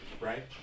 Right